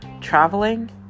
traveling